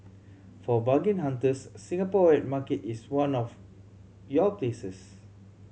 for bargain hunters Singapore wet market is one of your places